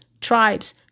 tribes